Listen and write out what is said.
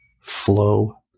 Flow